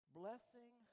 blessing